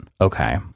Okay